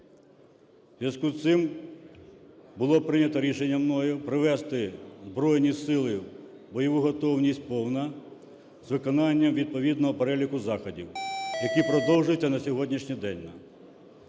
зв'язку з цим було прийнято рішення мною привести Збройні Сили в бойову готовність "повна" з виконанням відповідного переліку заходів, який продовжується на сьогоднішній день.